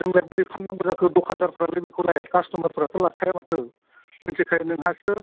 जोंलाय बोरै फाननांगौ जाखो दखानदारफोरालाय बेखौलाय खास्टमारफोराथ' लाखाया माथो मिनथिखायो नोंहासो